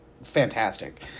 Fantastic